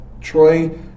Troy